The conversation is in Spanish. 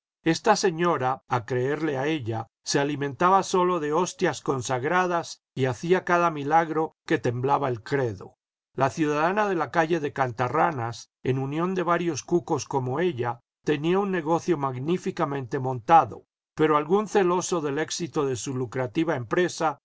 esta señora a creerle a ella se alimentaba sólo de hostias consagradas y hacía cada milagro que temblaba el credo la ciudadana de la calle de cantarranas en unión de varios cucos como ella tenía un negocio magníficamente montado pero algún celoso del éxito de su lucrativa empresa